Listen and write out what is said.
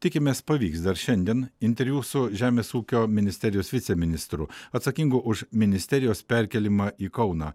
tikimės pavyks dar šiandien interviu su žemės ūkio ministerijos viceministru atsakingu už ministerijos perkėlimą į kauną